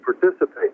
participate